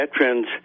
veterans